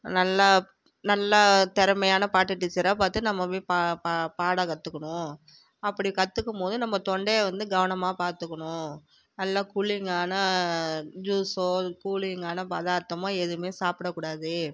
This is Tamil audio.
நல்லா நல்லா திறமையான பாட்டு டீச்சராக பார்த்து நம்ம போய் பா பா பாட கற்றுக்குணும் அப்படி கற்றுக்கமோது நம்ப தொண்டையை வந்து கவனமாக பார்த்துக்குணும் நல்லா கூலிங்கான ஜூஸ்ஸோ கூலிங்கான பதார்த்தமோ எதுவுமே சாப்பிடக்கூடாது